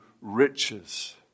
riches